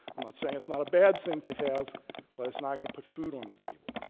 i'm not saying it's not a bad thing to have but it's not going to put food on the table,